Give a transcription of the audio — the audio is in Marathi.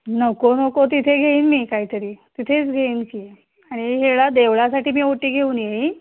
नको नको तिथे घेईन मी कायतरी तिथेच घेईन की आणि हेळा देवळासाठी मी ओटी घेऊन येईन